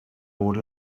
bod